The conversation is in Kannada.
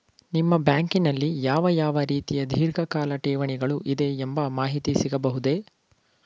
ನಿಮ್ಮ ಬ್ಯಾಂಕಿನಲ್ಲಿ ಯಾವ ಯಾವ ರೀತಿಯ ಧೀರ್ಘಕಾಲ ಠೇವಣಿಗಳು ಇದೆ ಎಂಬ ಮಾಹಿತಿ ಸಿಗಬಹುದೇ?